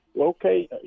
okay